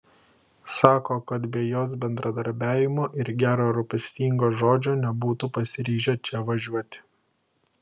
sako kad be jos bendradarbiavimo ir gero rūpestingo žodžio nebūtų pasiryžę čia važiuoti